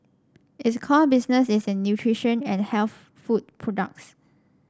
its core business is in nutrition and health food products